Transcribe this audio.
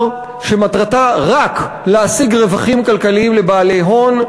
שמטרתה רק להשיג רווחים כלכליים לבעלי הון.